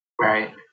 right